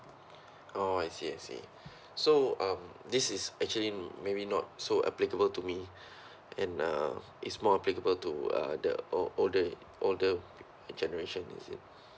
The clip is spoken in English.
orh I see I see so uh this is actually maybe not so applicable to me and uh it's more applicable to uh the older older generation is it